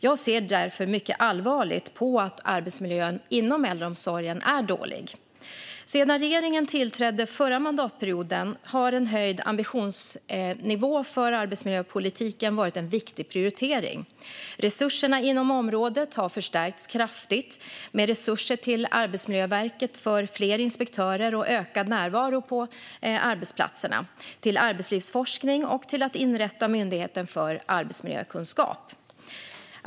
Jag ser därför mycket allvarligt på att arbetsmiljön inom äldreomsorgen är dålig. Sedan regeringen tillträdde förra mandatperioden har en höjd ambitionsnivå för arbetsmiljöpolitiken varit en viktig prioritering. Resurserna inom området har förstärkts kraftigt, med resurser till Arbetsmiljöverket för fler inspektörer och ökad närvaro på arbetsplatserna, till arbetslivsforskning och till att inrätta Myndigheten för arbetsmiljökunskap.